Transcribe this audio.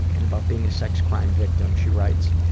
and about being a sex crime victim, she writes,